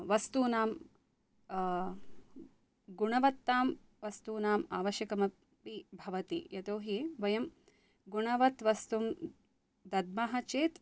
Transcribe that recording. वस्तूनां गुणवत्तां वस्तूनाम् आवश्यकमपि भवति यतोहि वयं गुणवत् वस्तुं दद्मः चेत्